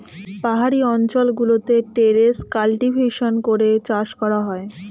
পাহাড়ি অঞ্চল গুলোতে টেরেস কাল্টিভেশন করে চাষ করা হয়